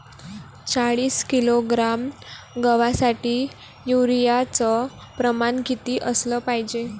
चाळीस किलोग्रॅम गवासाठी यूरिया च प्रमान किती असलं पायजे?